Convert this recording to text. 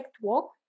walk